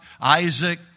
Isaac